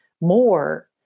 more